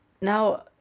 now